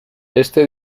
este